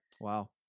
Wow